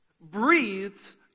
breathes